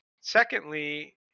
secondly